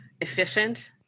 efficient